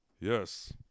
Yes